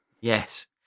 Yes